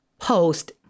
post